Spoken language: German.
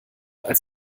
als